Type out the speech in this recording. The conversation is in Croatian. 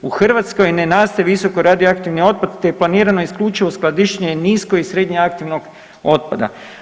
U Hrvatskoj ne nastaje visoko radioaktivni otpad, te je planirano isključivo skladištenje nisko i srednje aktivnog otpada.